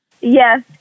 Yes